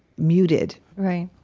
muted right,